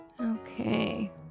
Okay